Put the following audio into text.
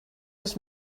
els